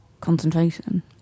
concentration